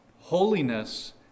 Holiness